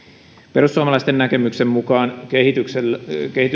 perussuomalaisten näkemyksen mukaan